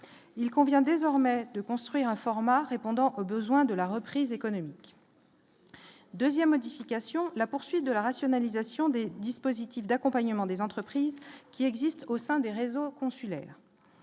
il convient désormais de construire un format répondant aux besoins de la reprise économique 2ème modification la poursuite de la rationalisation des dispositifs d'accompagnement des entreprises qui existent au sein des réseaux consulaires,